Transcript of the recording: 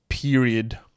Period